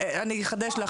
אני אחדש לך,